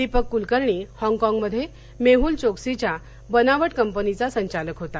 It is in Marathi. दीपक कुलकर्णी हाँगकाँगमध्ये मेहल चोक्सीच्या बनावट कपनीचा संचालक होता